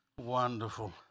Wonderful